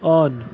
on